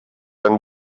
ein